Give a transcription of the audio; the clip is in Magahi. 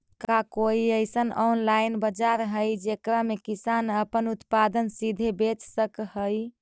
का कोई अइसन ऑनलाइन बाजार हई जेकरा में किसान अपन उत्पादन सीधे बेच सक हई?